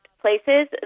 places